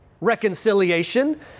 reconciliation